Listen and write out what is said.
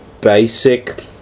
basic